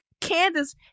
Candace